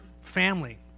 family